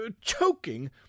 choking